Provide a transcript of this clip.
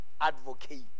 advocate